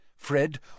Fred